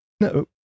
no